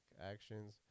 actions